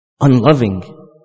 unloving